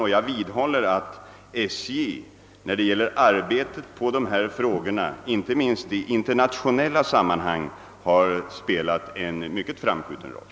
Och jag vidhåller att SJ när det gäller arbetet på dessa frågor inte minst i in ternationella sammanhang har spelat en mycket betydelsefull roll.